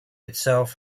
itself